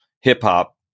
hip-hop